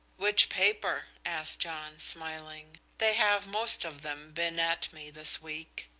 which paper? asked john, smiling. they have most of them been at me this week.